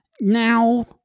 Now